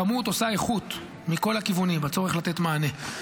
כמות עושה איכות, מכל הכיוונים, הצורך לתת מענה.